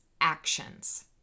actions